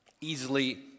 easily